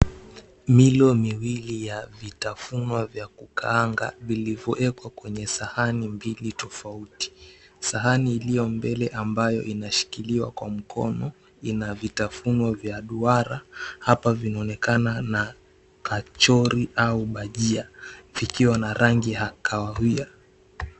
Milo miwili ya kitafunwa vya kukaanga, vilivyowekwa kwenye sahani mbili tofauti. Sahani iliyo mbele ambayo inashikiliwa kwa mkono ina vitafuno vya duara. Hapa vinaonekana na kachori au bajia vikiwa na rangi ya kahawia.